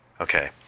Okay